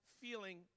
feeling